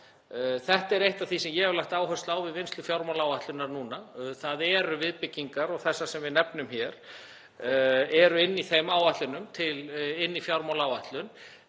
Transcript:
Þetta er eitt af því sem ég hef lagt áherslu á við vinnslu fjármálaáætlunar núna. Það eru viðbyggingar og þær sem við nefnum hér eru inni í þeim áætlunum, í fjármálaáætlun.